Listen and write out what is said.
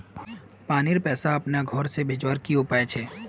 पानीर पैसा अपना घोर से भेजवार की उपाय छे?